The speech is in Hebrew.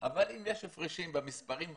אבל אם יש הפרשים במספרים האלה,